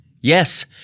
Yes